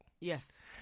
Yes